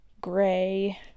gray